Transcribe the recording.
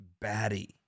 batty